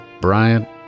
Bryant